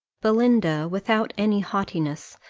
belinda, without any haughtiness,